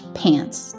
pants